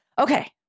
okay